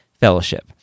fellowship